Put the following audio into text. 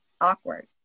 awkward